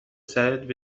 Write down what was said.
سرت